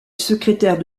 secrétaire